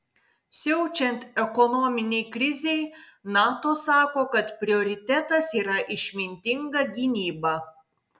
siaučiant ekonominei krizei nato sako kad prioritetas yra išmintinga gynyba